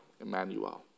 Emmanuel